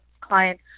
client